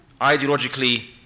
ideologically